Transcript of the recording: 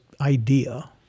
idea